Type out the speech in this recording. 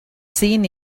seen